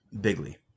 Bigly